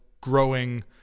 growing